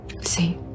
See